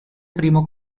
primo